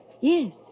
Yes